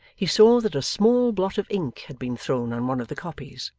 he saw that a small blot of ink had been thrown on one of the copies,